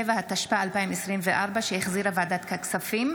27), התשפ"ה 2024, שהחזירה ועדת הכספים.